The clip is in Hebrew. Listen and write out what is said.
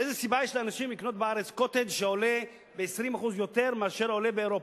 איזה סיבה יש לאנשים בארץ לקנות "קוטג'" שעולה ב-20% יותר מאשר באירופה?